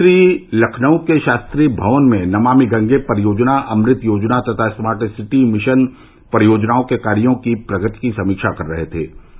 मुख्यमंत्री लखनऊ के शास्त्री भवन में नमामि गंगे परियोजना अमृत योजना तथा स्मार्ट सिटी मिशन परियोजनाओं के कार्यों की प्रगति की समीक्षा कर रहे थे